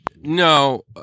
No